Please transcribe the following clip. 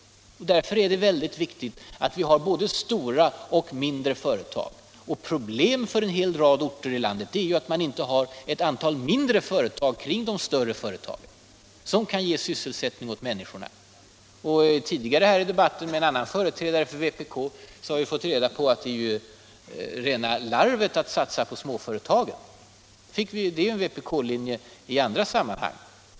Därför är det viktigt att vi har både stora och mindre företag. Problemet för en hel rad orter i landet är ju att man kring de större företagen inte har ett antal mindre företag som kan ge sysselsättning åt människorna. Tidigare i debatten har vi från en annan företrädare för vpk fått höra att det är rena larvet att satsa på småföretagen. Det är ju en vpk-linje i andra sammanhang.